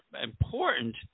important